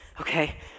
okay